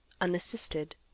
unassisted